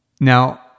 now